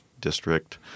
District